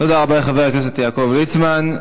תודה רבה לחבר הכנסת יעקב ליצמן.